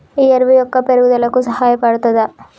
ఈ ఎరువు మొక్క పెరుగుదలకు సహాయపడుతదా?